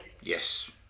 Yes